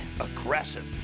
aggressive